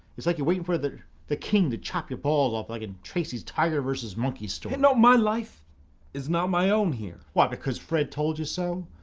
it's like you're waiting for the the king to chop your balls off, like an tracey's tiger vs. monkey story. no my life it's not my own here. why because fred told you so?